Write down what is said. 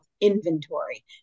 inventory